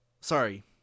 Sorry